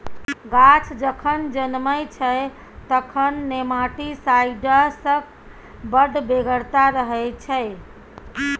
गाछ जखन जनमय छै तखन नेमाटीसाइड्सक बड़ बेगरता रहय छै